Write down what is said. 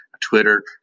Twitter